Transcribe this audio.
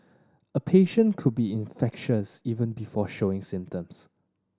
a patient could be infectious even before showing symptoms